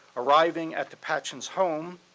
arriving at the patchen's home,